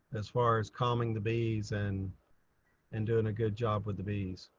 as far as calming the bees and and doing a good job with the bees.